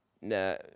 no